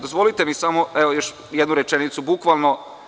Dozvolite mi samo još jednu rečenicu, bukvalno.